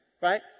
Right